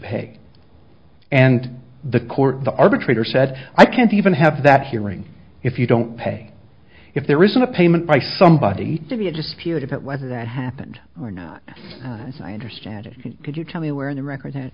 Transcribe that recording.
pay and the court the arbitrator said i can't even have that hearing if you don't pay if there isn't a payment by somebody to be a dispute about whether that happened or not as i understand it could you tell me where in the record that